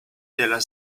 della